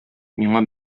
миңа